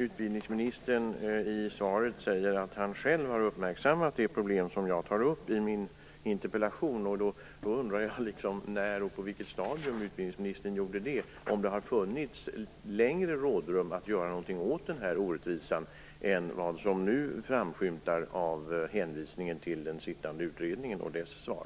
utbildningsministern i svaret säger att han själv har uppmärksammat det problem som jag tar upp i min interpellation. Då undrar jag när och på vilket stadium utbildningsministern gjorde det. Har det funnits längre rådrum för att göra någonting åt denna orättvisa än vad som nu framskymtar av hänvisningen till den sittande utredningen och dess svar?